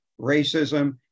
racism